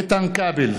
איתן כבל,